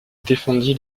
défendit